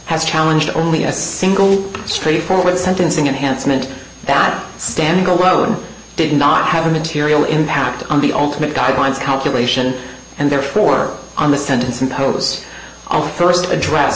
has challenged only a single straightforward sentencing enhancement that stand go road did not have a material impact on the ultimate guidelines calculation and therefore on the sentence impose our st address